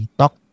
talk